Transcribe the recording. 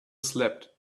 slept